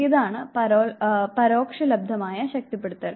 ഇതാണ് പരോക്ഷലബ്ധമായ ശക്തിപ്പെടുത്തൽ